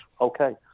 Okay